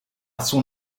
son